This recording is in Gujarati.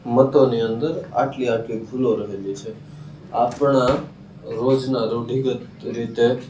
મતોની અંદર આટલી આટલી ભૂલો રહેલી છે આપણાં રોજના રૂઢિગત રીતે